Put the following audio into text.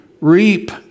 Reap